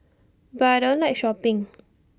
but I don't like shopping